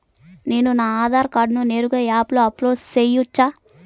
నేను నా ఆధార్ కార్డును నేరుగా యాప్ లో అప్లోడ్ సేయొచ్చా?